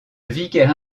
vicaire